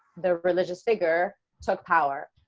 the religious figure took power,